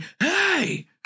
hey